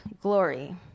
glory